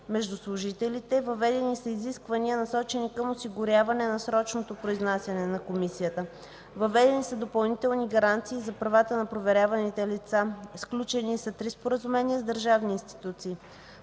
между служителите; въведени са изисквания, насочени към осигуряване на срочното произнасяне на комисията; въведени са допълнителни гаранции за правата на проверяваните лица. Сключени са три споразумения с държавни институции.